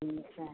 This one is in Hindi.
अच्छा